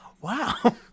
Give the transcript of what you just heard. Wow